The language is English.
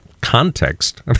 context